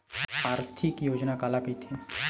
आर्थिक योजना काला कइथे?